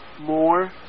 more